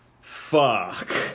fuck